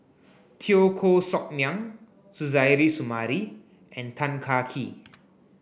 Teo Koh Sock Miang Suzairhe Sumari and Tan Kah Kee